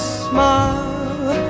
smile